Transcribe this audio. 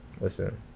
Listen